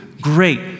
great